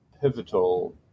pivotal